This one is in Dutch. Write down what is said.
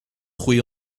groeien